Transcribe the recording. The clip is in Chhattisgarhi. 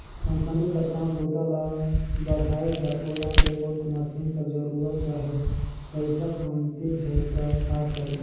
कंपनी कर काम बूता ल बढ़ाए बर ओला एगोट मसीन कर जरूरत अहे, पइसा कमती हे त का करी?